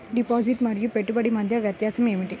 Deposit మరియు పెట్టుబడి మధ్య వ్యత్యాసం ఏమిటీ?